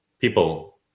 people